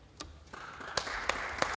Hvala.